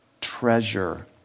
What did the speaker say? treasure